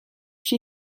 she